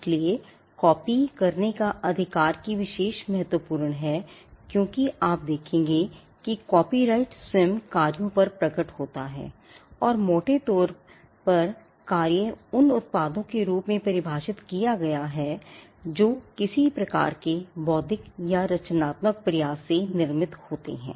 इसलिए कॉपी करने के अधिकार की विशेषता महत्वपूर्ण है क्योंकि आप देखेंगे कि कॉपीराइट स्वयं कार्यों पर प्रकट होता है और मोटे तौर कार्य पर उन उत्पादों के रूप में परिभाषित किया गया है जो किसी प्रकार के बौद्धिक या रचनात्मक प्रयास से निर्मित होते हैं